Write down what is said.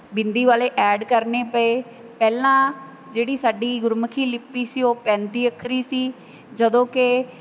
ਬਿੰਦੀ ਵਾਲੇ ਐਡ ਕਰਨੇ ਪਏ ਪਹਿਲਾਂ ਜਿਹੜੀ ਸਾਡੀ ਗੁਰਮੁਖੀ ਲਿਪੀ ਸੀ ਉਹ ਪੈਂਤੀ ਅੱਖਰੀ ਸੀ ਜਦੋਂ ਕਿ